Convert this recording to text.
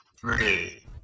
three